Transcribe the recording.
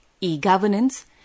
e-governance